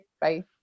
Bye